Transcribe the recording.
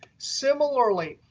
similarly,